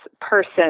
person